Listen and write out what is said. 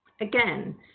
again